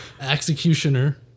Executioner